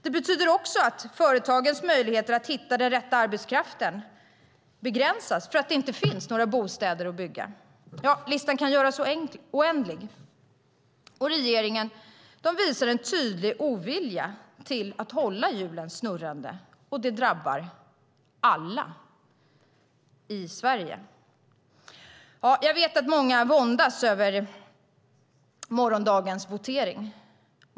De betyder också att företagens möjligheter att hitta den rätta arbetskraften begränsas eftersom det inte byggs några bostäder. Listan kan göras oändlig. Regeringen visar dock en tydlig ovilja att hålla hjulen snurrande, och det drabbar alla i Sverige. Jag vet att många våndas över morgondagens votering.